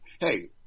hey